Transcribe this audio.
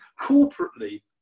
corporately